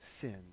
sin